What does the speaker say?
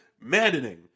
maddening